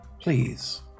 Please